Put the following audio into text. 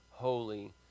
holy